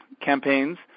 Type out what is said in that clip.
campaigns